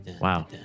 Wow